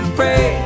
pray